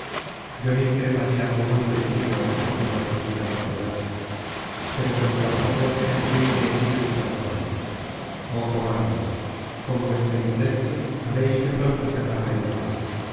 yo no increparía á un hombre tímido porque se abstuviera de pelear pero contra vosotros se enciende en ira mi corazón oh cobardes con vuestra indolencia haréis que pronto se agrave el mal